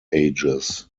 ages